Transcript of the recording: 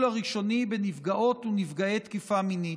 הראשוני בנפגעות ובנפגעי תקיפה מינית.